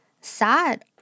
Sad